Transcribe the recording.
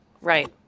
right